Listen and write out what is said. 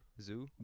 Zoo